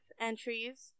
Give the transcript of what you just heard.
entries